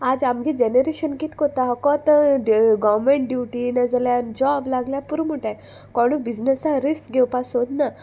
आज आमगे जेनरेशन कित कोत्ता होकोत गोवमेंट ड्युटी नाजाल्यार जॉब लागल्या पुरो मुटाय कोणूय बिजनसा रिस्क घेवपा सोदना